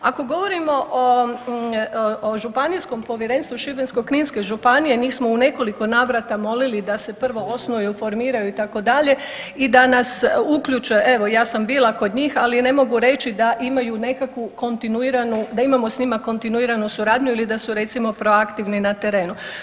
Ako govorimo o županijskom povjerenstvu Šibensko-kninske županije njih smo u nekoliko navrata molili da se prvo osnuje, formiraju itd. i da nas uključe, evo ja sam bila kod njih ali ne mogu reći da imaju nekakvu kontinuiranu, da imamo s njima kontinuiranu suradnju ili da su recimo proaktivni na terenu.